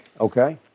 Okay